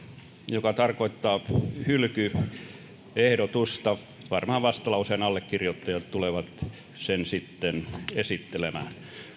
joka tarkoittaa hylkyehdotusta varmaan vastalauseen allekirjoittajat tulevat sen sitten esittelemään